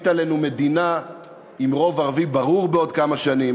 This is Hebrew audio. עלינו מדינה עם רוב ערבי ברור בעוד כמה שנים.